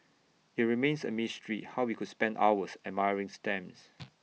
IT remains A mystery how we could spend hours admiring stamps